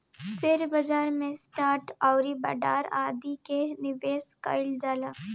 share बाजार में stock आउरी बांड आदि में निबेश कईल जाला